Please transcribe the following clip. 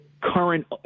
current –